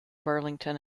burlington